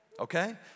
okay